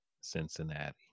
Cincinnati